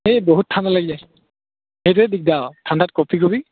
এই বহুত ঠাণ্ডা লাগিলে সেইটোৱে দিগদাৰ আৰু ঠাণ্ডাত কঁপি কঁপি